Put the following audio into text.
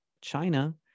China